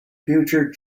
future